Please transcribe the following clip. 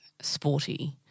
sporty